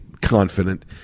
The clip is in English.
confident